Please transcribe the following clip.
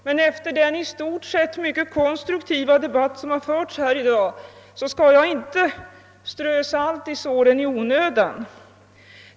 Men efter den i stort sett mycket konstruktiva debatt som har förts här i dag skall jag inte i onödan strö salt i såren.